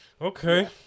Okay